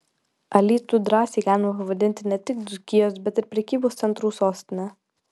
alytų drąsiai galima pavadinti ne tik dzūkijos bet ir prekybos centrų sostine